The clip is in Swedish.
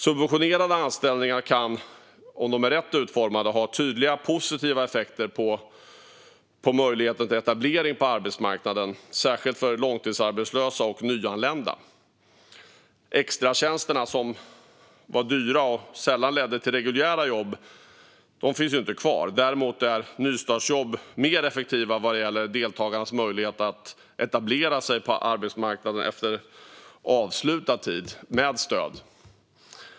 Subventionerade anställningar kan - om de är rätt utformade - ha tydliga positiva effekter på möjligheterna till etablering på arbetsmarknaden, särskilt för långtidsarbetslösa och nyanlända. Extratjänsterna, som var dyra och sällan ledde till reguljära jobb, finns inte kvar. Däremot är nystartsjobb mer effektiva vad gäller deltagarens möjligheter att etablera sig på arbetsmarknaden efter avslutad tid med stöd.